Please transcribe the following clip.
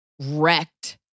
wrecked